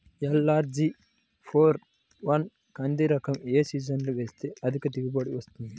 LRG four one కంది రకం ఏ సీజన్లో వేస్తె అధిక దిగుబడి వస్తుంది?